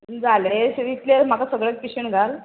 जालें हें सिवी इतलें म्हाका सगळें पिशवेन घाल